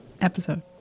episode